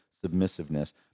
submissiveness